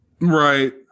right